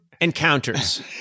encounters